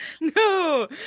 no